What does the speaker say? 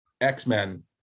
x-men